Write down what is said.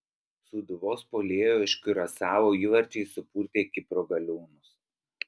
sūduvos puolėjo iš kiurasao įvarčiai supurtė kipro galiūnus